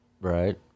Right